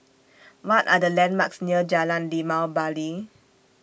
What Are The landmarks near Jalan Limau Bali